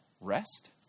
Rest